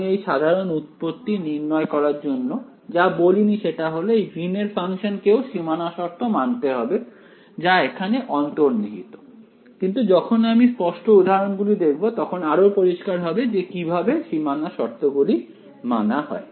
আমি এই সাধারন উৎপত্তি নির্ণয় করার জন্য যা বলিনি সেটা হলো এই গ্রীন এর ফাংশন কেও সীমানা শর্ত মানতে হবে যা এখানে অন্তর্নিহিত কিন্তু যখন আমি স্পষ্ট উদাহরণগুলো দেখব তখন আরও পরিষ্কার হবে যে কিভাবে সীমানা শর্তগুলি মানা হয়